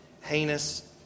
heinous